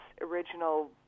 original